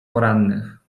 porannych